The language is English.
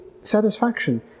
satisfaction